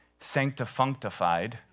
Sanctifunctified